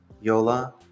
Yola